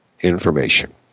information